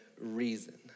reason